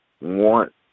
want